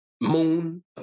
Moon